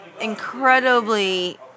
incredibly